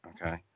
okay